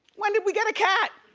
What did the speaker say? when did we get a cat?